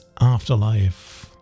Afterlife